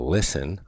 Listen